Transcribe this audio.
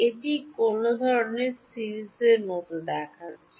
এটি কোন ধরণের সিরিজের মতো দেখাচ্ছে